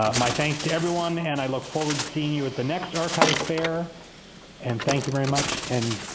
my thanks to everyone and i look forward to seeing you at the next archives fair and thank you very much and